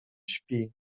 śpi